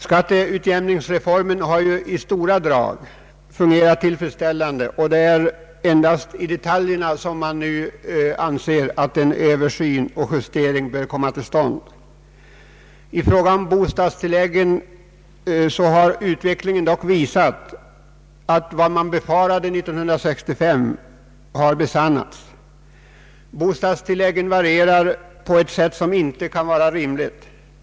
Skatteutjämningsreformen har i stora drag fungerat väl, och det är endast i detaljerna en översyn och justering bör komma till stånd I fråga om bostadstillägggen har utvecklingen dock visat att vad man befarade 1965 har besannats. Bostadstilläggen varierar mellan olika kommuner på ett sätt som inte kan vara rimligt.